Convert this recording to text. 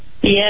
Yes